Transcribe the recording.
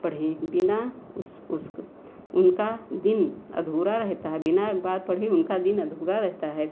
पढ़े बिना उस उसको उनका दिन अधूरा रहता है बिना अखबार पढ़े उनका दिन अधूरा रहता है